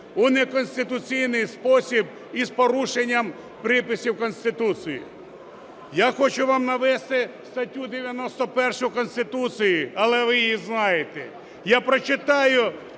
у неконституційний спосіб і з порушенням приписів Конституції. Я хочу вам навести статтю 91 Конституції, але ви її знаєте. Я прочитаю